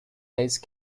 these